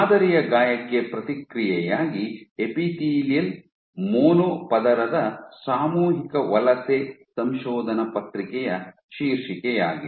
ಮಾದರಿಯ ಗಾಯಕ್ಕೆ ಪ್ರತಿಕ್ರಿಯೆಯಾಗಿ ಎಪಿಥೇಲಿಯಲ್ ಮೊನೊ ಪದರದ ಸಾಮೂಹಿಕ ವಲಸೆ ಸಂಶೋಧನಾ ಪತ್ರಿಕೆಯ ಶೀರ್ಷಿಕೆಯಾಗಿದೆ